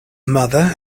mother